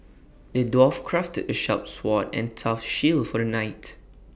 the dwarf crafted A sharp sword and tough shield for the knight